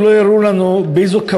אני